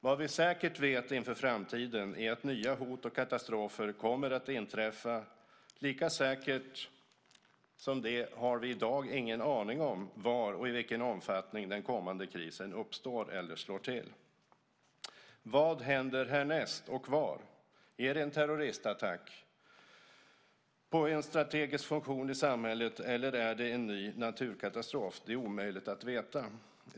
Vad vi säkert vet inför framtiden är att nya hot och katastrofer kommer att inträffa. Lika säkert som det har vi i dag ingen aning om var och i vilken omfattning den kommande krisen uppstår eller slår till. Vad händer härnäst och var? Är det en terroristattack mot en strategisk funktion i samhället, eller är det en ny naturkatastrof? Det är omöjligt att veta.